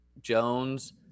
jones